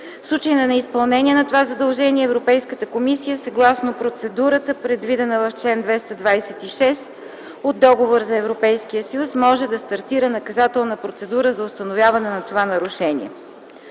случаите на неизпълнение на това задължение Европейската комисия съгласно процедурата, предвидена в чл. 226 от Договора за Европейския съюз, може да стартира наказателна процедура за установяване на това нарушение.